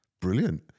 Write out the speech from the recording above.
Brilliant